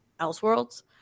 Elseworlds